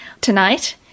tonight